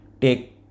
take